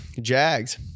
Jags